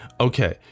Okay